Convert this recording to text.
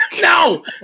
No